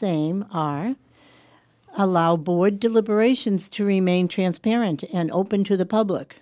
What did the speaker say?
same are allow board deliberations to remain transparent and open to the public